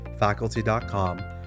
faculty.com